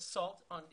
תודה,